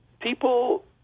People